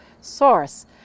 source